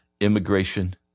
immigration